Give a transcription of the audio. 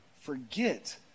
forget